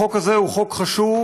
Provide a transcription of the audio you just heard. החוק הזה הוא חוק חשוב,